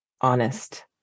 honest